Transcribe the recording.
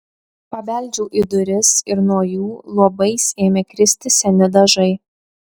pabeldžiau į duris ir nuo jų luobais ėmė kristi seni dažai